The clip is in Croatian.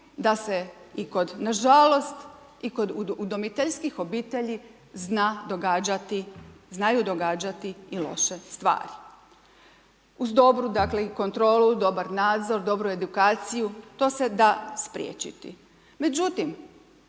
da se, nažalost i kod udomiteljskih obitelji zna događati, znaju događati i loše stvari. Uz dobru dakle i kontrolu, dobar nadzor, dobru edukaciju to se da spriječiti.